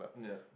yeah